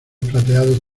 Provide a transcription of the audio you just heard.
plateados